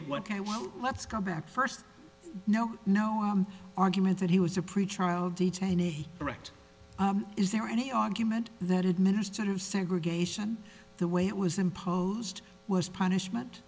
want let's go back first no no argument that he was a pretrial detainee correct is there any argument that administrative segregation the way it was imposed was punishment